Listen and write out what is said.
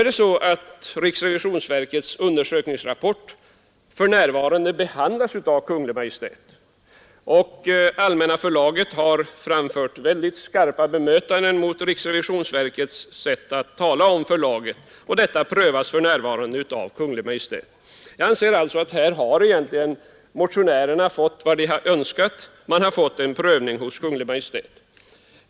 Men riksrevisionsverkets undersökningsrapport behandlas för närvarande av Kungl. Maj:t. Allmänna förlaget har framfört väldigt skarpa bemötanden av verkets sätt att tala om förlaget, och de prövas nu av Kungl. Maj:t. Här har alltså motionärerna egentligen fått vad de önskat: en prövning hos Kungl. Maj:t.